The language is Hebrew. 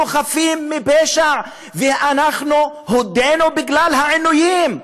אנחנו חפים מפשע, ואנחנו הודינו בגלל העינויים.